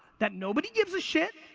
that nobody gives a shit,